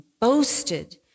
boasted